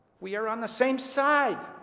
we are on the same side